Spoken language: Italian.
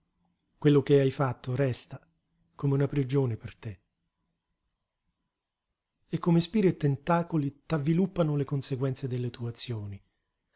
quello che hai fatto resta come una prigione per te e come spire e tentacoli t'avviluppano le conseguenze delle tue azioni